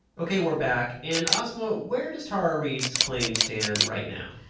ok, we're back. and, asma, where does tara reade's claim stand right now?